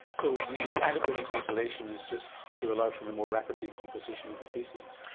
so the adequate ventilation is just to allow for the more rapid decomposition of the faeces.